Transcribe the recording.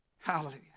Hallelujah